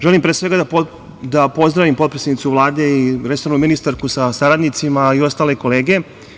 Želim, pre svega, da pozdravim potpredsednicu Vlade i resornu ministarku sa saradnicima i ostale kolege.